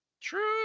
true